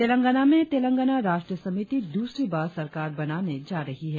तेलंगाना में तेलंगाना राष्ट्र समिति दूसरी बार सरकार बनाने जा रही है